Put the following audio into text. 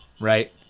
right